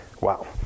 wow